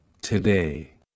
today